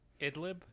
Idlib